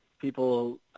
people